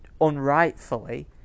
unrightfully